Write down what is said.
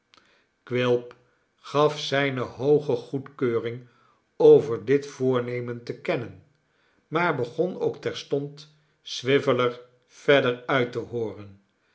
quilp gaf zijne hooge goedkeuring over dit voornemen te kennen maar begon ook terstond swiveller verder uit te hooren